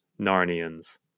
Narnians